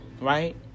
right